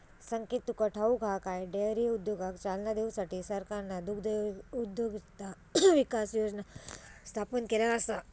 संकेत तुका ठाऊक हा काय, डेअरी उद्योगाक चालना देऊसाठी सरकारना दुग्धउद्योजकता विकास योजना स्थापन केल्यान आसा